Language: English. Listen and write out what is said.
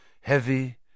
Heavy